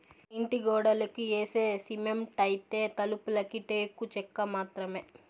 ఇంటి గోడలకి యేసే సిమెంటైతే, తలుపులకి టేకు చెక్క మాత్రమే